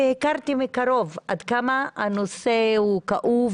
והכרתי מקרוב עד כמה הנושא הוא כאוב.